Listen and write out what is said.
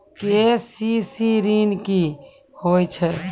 KCC ॠन की होय छै?